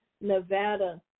Nevada